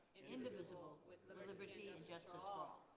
indivisible, with liberty and justice for all.